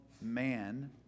man